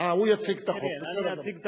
הוא יציג את החוק.